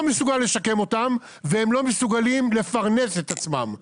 מסוגל לשקם והם לא מסוגלים לפרנס את עצמם.